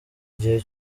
gihe